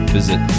visit